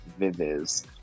Viviz